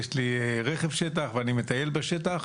יש לי רכב שטח ואני מטייל בשטח,